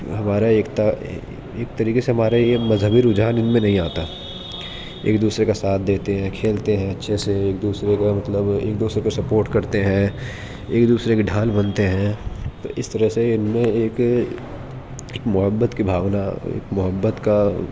ہمارا ایکتا ایک طریقے سے ہمارا یہ مذہبی رجحان ان میں نہیں آتا ایک دوسرے کا ساتھ دیتے ہیں کھیلتے ہیں اچھے سے ایک دوسرے کا مطلب ایک دوسرے کا سپوٹ کرتے ہیں ایک دوسرے کی ڈھال بنتے ہیں تو اس طرح سے ان میں ایک محبت کی بھاؤنا محبت کا